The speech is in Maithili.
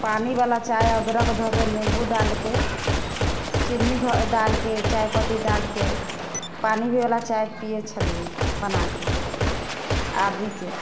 पानिवला चाइ अदरक धऽके निम्बू डालिके चीनी डालिके चाइपत्ती डालिके पानी भी वला चाइ पिए छली बनाके आदीके